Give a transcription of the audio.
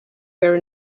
were